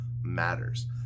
matters